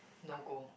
no go